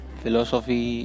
philosophy